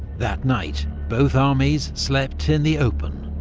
that night both armies slept in the open,